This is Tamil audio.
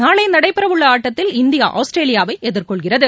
நாளைநடைபெறவுள்ளஆட்டத்தில் இந்தியா ஆஸ்திரேலியாவைஎதிர்கொள்கிறது